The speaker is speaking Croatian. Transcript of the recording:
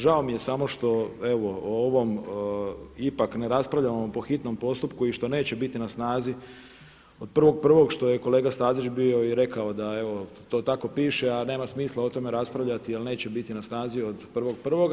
Žao mi je samo što evo o ovom ipak ne raspravljamo po hitnom postupku i što neće biti na snazi od 1.1. što je kolega Stazić bio i rekao da evo to tako piše, a nema smisla o tome raspravljati jer neće biti na snazi od 1.1.